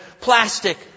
plastic